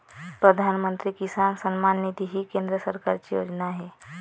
प्रधानमंत्री किसान सन्मान निधी ही केंद्र सरकारची योजना आहे